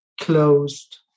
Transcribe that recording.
closed